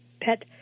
pet